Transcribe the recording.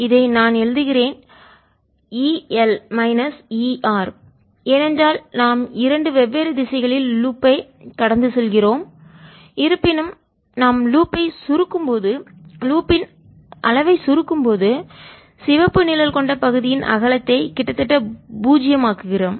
இதை நான் எழுதுகிறேன் EL மைனஸ் ER ஏனென்றால் நாம் இரண்டு வெவ்வேறு திசைகளில் லூப்பைசுழற்சியைக் கடந்து செல்கிறோம் இருப்பினும் நாம் லூப்பைவளையத்தை சுருக்கும்போது லூப்பின் அளவை சுருக்கும்போது சிவப்பு நிழல் கொண்ட பகுதியின் அகலத்தை கிட்டத்தட்ட பூஜ்ஜியம் ஆக்குகிறோம்